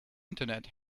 internet